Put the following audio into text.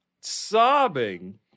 Sobbing